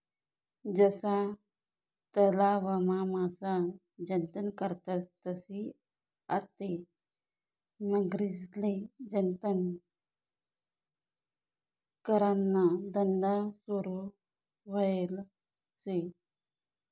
जशा तलावमा मासा जतन करतस तशी आते मगरीस्ले जतन कराना धंदा सुरू व्हयेल शे